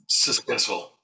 suspenseful